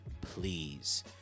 please